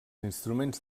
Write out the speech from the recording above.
instruments